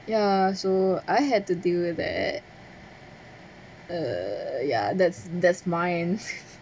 ya so I had to deal with that err yeah that's that's mine